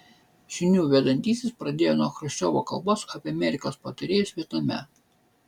žinių vedantysis pradėjo nuo chruščiovo kalbos apie amerikos patarėjus vietname